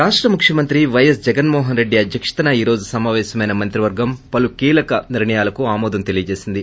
రాష్ట ముఖ్యమంత్రి వైఎస్ జగన్ మోహన్రెడ్డి అధ్యక్షతన ఈ రోజు సమావేశమైన మంత్రివర్గం పలు కీలక నిర్లయాలకు ఆమోదం తెలీపింది